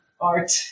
art